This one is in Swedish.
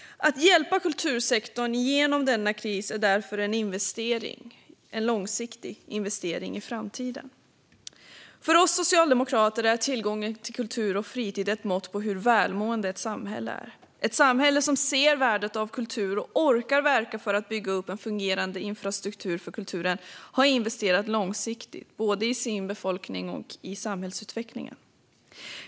Att hjälpa kultursektorn igenom denna kris är därför en långsiktig investering i framtiden. För oss socialdemokrater är tillgången till kultur och fritid ett mått på hur välmående ett samhälle är. Ett samhälle som ser värdet av kultur och orkar verka för att bygga upp en fungerande infrastruktur för kulturen har investerat långsiktigt både i sin befolkning och i samhällsutvecklingen.